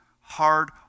hard